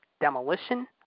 Demolition